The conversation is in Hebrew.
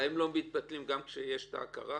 הם לא מתבטלים גם כשיש הכרה?